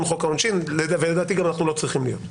חוק העונשין ולדעתי אנחנו גם לא צריכים להיות.